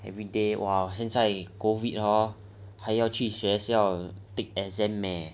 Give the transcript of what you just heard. every day !wow! 现在 COVID hor 还要去学校 take exam eh